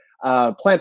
Plant